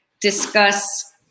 discuss